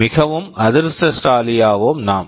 மிகவும் அதிர்ஷ்டசாலியாவோம் நாம்